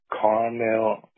Carmel